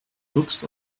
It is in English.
books